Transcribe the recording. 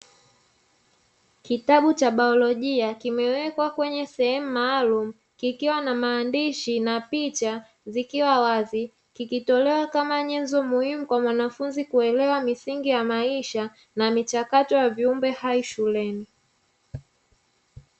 Kitabu cha baiolojia kimewekwa kwenye sehemu maalum kikiwa na maandishi na picha zikiwa wazi, kikitolewa kama nyenzo muhimu kwa mwanafunzi kuelewa misingi ya maisha, na michakato ya viumbe hai shuleni.